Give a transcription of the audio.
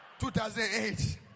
2008